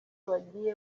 bagiye